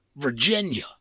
Virginia